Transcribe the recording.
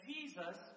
Jesus